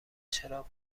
چرا